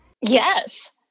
yes